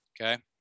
Okay